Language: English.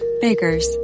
Baker's